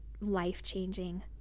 life-changing